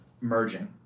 merging